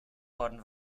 worden